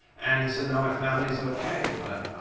and he so you know my family's okay, but